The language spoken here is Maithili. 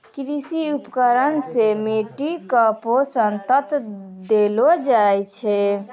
कृषि उपकरण सें मिट्टी क पोसक तत्व देलो जाय छै